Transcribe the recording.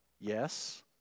Yes